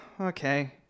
okay